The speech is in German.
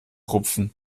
rupfen